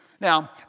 Now